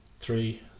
three